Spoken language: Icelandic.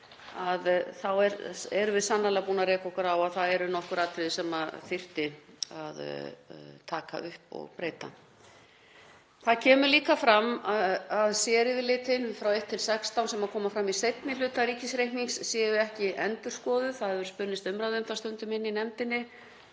þá höfum við sannarlega rekið okkur á að það eru nokkur atriði sem þyrfti að taka upp og breyta. Það kemur líka fram að séryfirlit 1–16 sem koma fram í seinni hluta ríkisreiknings séu ekki endurskoðuð. Það hefur spunnist umræða um það stundum í nefndinni